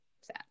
sad